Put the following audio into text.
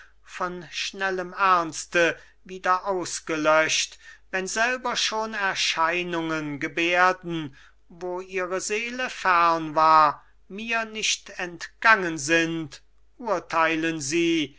von schnellem ernste wieder ausgelöscht wenn selber schon erscheinungen gebärden wo ihre seele ferne war mir nicht entgangen sind urteilen sie